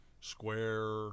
square